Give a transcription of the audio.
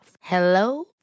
Hello